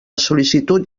sol·licitud